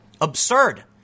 absurd